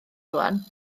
rŵan